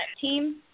team